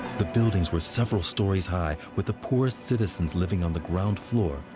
the buildings were several stories high with the poorest citizens living on the ground floor,